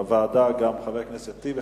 לוועדה גם, חבר הכנסת טיבי.